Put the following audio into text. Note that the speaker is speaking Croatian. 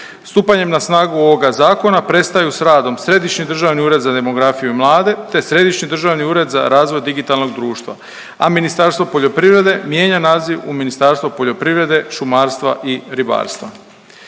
Stupanjem na snagu ovoga zakona prestaju s radom Središnji ured za demografiju i mlade te Središnji državni ured za razvoj digitalnog društva, a Ministarstvo poljoprivrede mijenja naziv u Ministarstvo poljoprivrede, šumarstva i ribarstva.